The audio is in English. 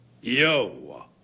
Yo